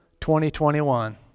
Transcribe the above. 2021